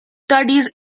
studies